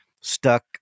stuck